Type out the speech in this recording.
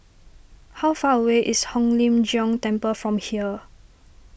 how far away is Hong Lim Jiong Temple from here